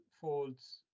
folds